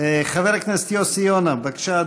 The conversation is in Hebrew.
חבר הכנסת יוסי יונה, בבקשה,